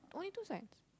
only two sides